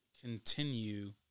continue